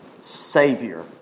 Savior